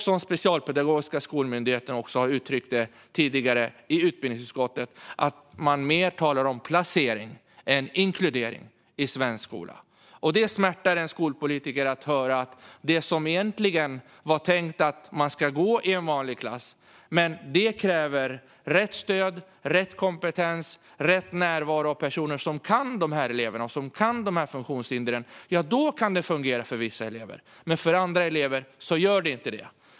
Som specialpedagog, ska skolmyndigheten också ha uttryckt det tidigare i utbildningsutskottet, talar man mer om placering än inkludering i svensk skola. Det smärtar en skolpolitiker att höra det om det som egentligen var tänkt som att eleven ska gå i en vanlig klass. Men det kräver rätt stöd, rätt kompetens och rätt närvaro av personer som kan de här eleverna och funktionshindren. Då kan det fungera för vissa elever. Men för andra elever gör det inte det.